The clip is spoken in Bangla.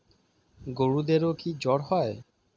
গরুদেরও কি জ্বর হয়?